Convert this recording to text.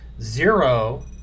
Zero